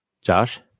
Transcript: Josh